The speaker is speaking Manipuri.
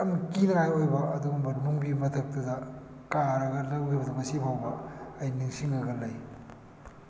ꯌꯥꯝ ꯀꯤꯅꯤꯡꯉꯥꯏ ꯑꯣꯏꯕ ꯑꯗꯨꯒꯨꯝꯕ ꯅꯨꯡꯒꯤ ꯃꯊꯛꯇꯨꯗ ꯀꯥꯔꯒ ꯂꯧꯈꯤꯕꯗ ꯉꯁꯤꯐꯥꯎꯕ ꯑꯩ ꯅꯤꯡꯁꯤꯡꯉꯒ ꯂꯩ